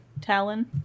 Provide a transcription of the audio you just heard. Talon